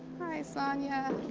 hi, sonya.